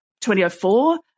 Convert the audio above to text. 2004